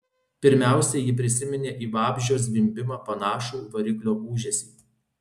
pirmiausia ji prisiminė į vabzdžio zvimbimą panašų variklio ūžesį